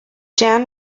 jan